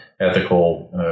ethical